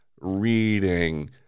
reading